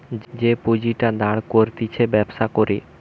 যে পুঁজিটা দাঁড় করতিছে ব্যবসা করে